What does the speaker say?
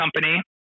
company